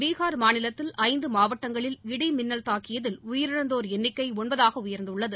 பீஹா் மாநிலத்தில் ஐந்துமாவட்டங்களில் இடிமின்னல் தாக்கியதில் உயிரிழந்தோர் எண்ணிக்கைஒன்பதாகஉயர்ந்துள்ளது